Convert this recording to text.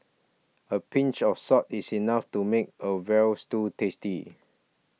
a pinch of salt is enough to make a Veal Stew tasty